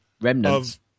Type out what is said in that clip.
Remnants